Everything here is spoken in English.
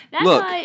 look